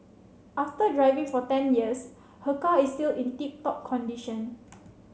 after driving for ten years her car is still in tip top condition